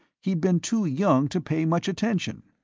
he'd been too young to pay much attention.